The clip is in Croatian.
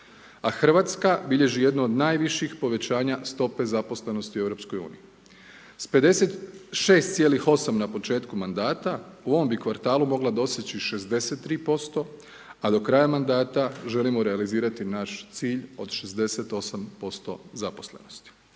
Hrvatska bilježi jednu od najviših povećanja stope zaposlenih u EU. S 56,8 na početku mandata u ovom bi kvartalu mogla doseći 63%, a do kraja mandata želimo realizirati naš cilj od 68% zaposlenih.